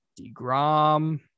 DeGrom